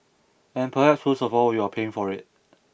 and perhaps worst of all you are paying for it